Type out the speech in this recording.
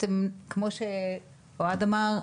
כמו שאוהד אמר,